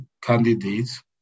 candidates